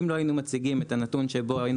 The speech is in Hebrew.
אם לא היינו מציגים את הנתון שבו היינו